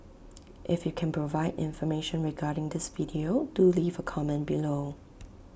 if you can provide information regarding this video do leave A comment below